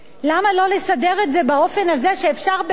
למה לא לסדר את זה באופן הזה שאפשר באמצעות